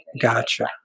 gotcha